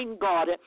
God